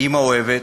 אימא אוהבת,